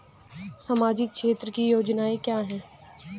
सामाजिक क्षेत्र की योजनाएं क्या हैं?